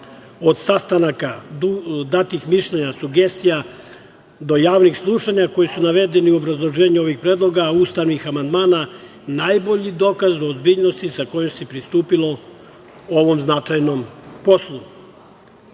od sastanaka, datih mišljenja, sugestija, do javnih slušanja koji su navedeni u obrazloženju ovih predloga ustavnih amandmana, najbolji dokaz ozbiljnosti sa kojom se pristupilo ovom značajnom poslu. Treba